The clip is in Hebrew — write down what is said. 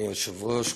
אדוני היושב-ראש,